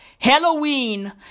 Halloween